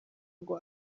ngo